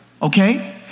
Okay